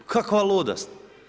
Kakva ludost.